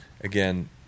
again